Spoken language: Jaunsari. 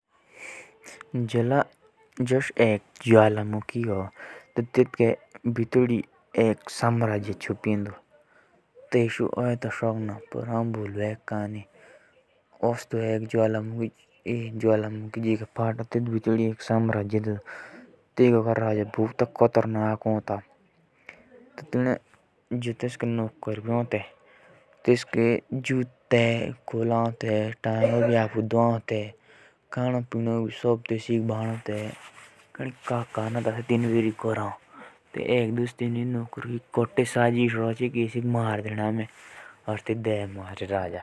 एक कहाणे हो जोश एक ज्वालामुखि ह और तेतुडो एक बोडा साम्राज्य ह। तेटका जो राजा था सिओ बहुत‍ा ही खतरनाक था। तेस्का सारा काम तेस्के नोकर ही कोरो थे तोइ एक दुस तेस्के नोकरुइ एक दुस तेसिक साजिस लि मारे दिना।